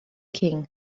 king